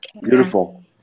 beautiful